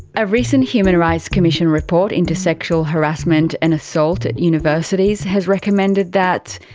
a recent human rights commission report into sexual harassment and assault at universities has recommended that,